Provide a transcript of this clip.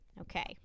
Okay